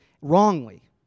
wrongly